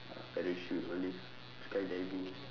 uh parachute all these skydiving ah